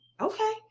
Okay